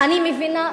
אני מבינה,